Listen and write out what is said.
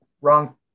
wrong